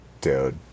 dude